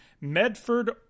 Medford